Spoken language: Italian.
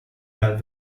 dal